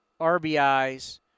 RBIs